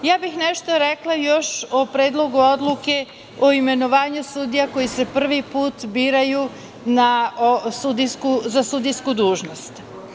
Rekla bih nešto još o Predlogu odluke, o imenovanju sudija koji se prvi put biraju za sudijsku dužnost.